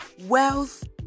Wealth